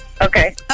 Okay